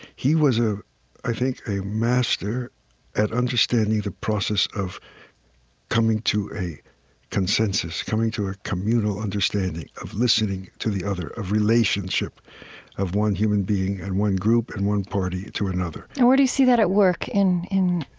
he was, ah i think, a master at understanding the process of coming to a consensus, coming to a communal understanding, of listening to the other, of relationship of one human being and one group and one party to another and where do you see that at work in, well,